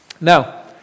Now